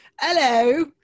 hello